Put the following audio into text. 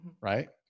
right